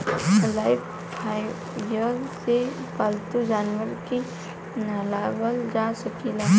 Lifebuoy से पाल्तू जानवर के नेहावल जा सकेला